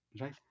right